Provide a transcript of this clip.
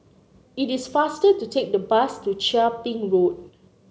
it is faster to take the bus to Chia Ping Road